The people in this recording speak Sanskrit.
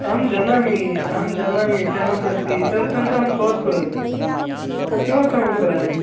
अहं जानामि अहं जानामि फ़ेमस् अस्ति तदर्थं तु अहं कोल् करोमि कल् किमर्थं करामि